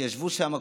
כשישבו שם,